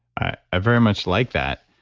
i i very much like that.